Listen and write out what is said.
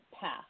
path